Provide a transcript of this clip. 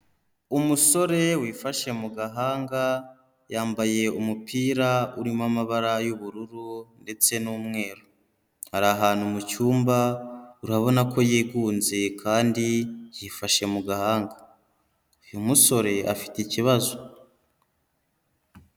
Umusore wifashe mu gahanga yambaye umupira urimo amabara y'ubururu ndetse n'umweru, ari ahantu mu cyumba urabona ko yigunze kandi yifashe mu gahanga, uyu musore afite ikibazo.